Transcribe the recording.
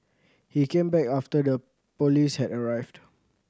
he came back after the police had arrived